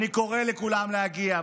אני קורא לכולם להגיע.